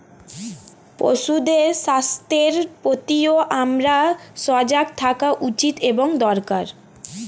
পশুদের স্বাস্থ্যের প্রতিও আমাদের সজাগ থাকা উচিত এবং দরকার